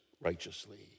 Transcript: righteously